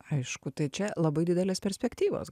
aišku tai čia labai didelės perspektyvos